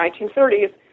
1930s